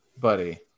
buddy